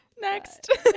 Next